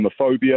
homophobia